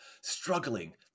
struggling